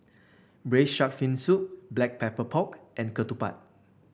braise shark fin soup Black Pepper Pork and Ketupat